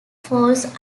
falls